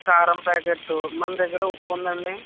కారం ప్యాకెట్టు మన దగ్గర ఉప్పు ఉందా అండి